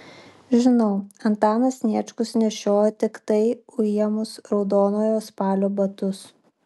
žinau antanas sniečkus nešiojo tiktai ujamus raudonojo spalio batus